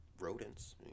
rodents